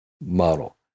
model